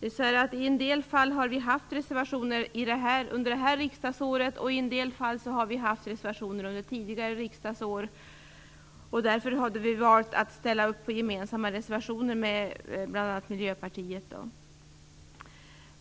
I en del fall har vi haft reservationer under det här riksdagsåret, i en del fall under tidigare riksdagsår. Därför har vi nu valt att ställa upp i gemensamma reservationer med bl.a. Miljöpartiet.